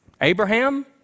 Abraham